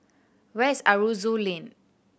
where is Aroozoo Lane